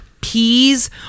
peas